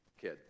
kid